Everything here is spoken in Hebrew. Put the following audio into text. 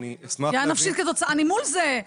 מול זה.